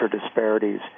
disparities